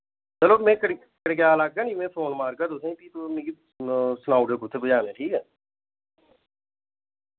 चलो मैं कड़ कड़गयाल आगा नि मैं फोन मारगा तुसें फ्ही तुस मिगी सनाऊड़ेओ कुत्थै पजाने ठीक ऐ